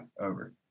over